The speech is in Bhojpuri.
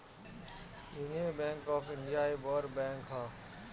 यूनियन बैंक ऑफ़ इंडिया भी बड़ बैंक हअ